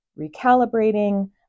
recalibrating